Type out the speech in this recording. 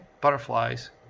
butterflies